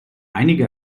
einige